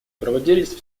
проводились